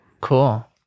Cool